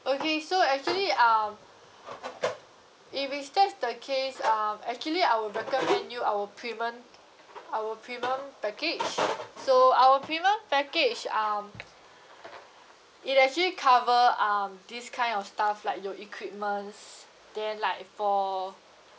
okay so actually um if it's that's the case um actually I would recommend you our premium our premium package so our premium package um it actually cover um this kind of stuff like your equipments then like for